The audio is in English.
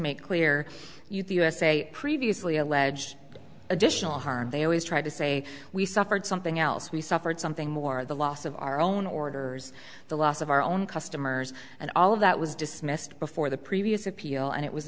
make clear the usa previously alleged additional harm they always try to say we suffered something else we suffered something more the loss of our own orders the loss of our own customers and all of that was dismissed before the previous appeal and it was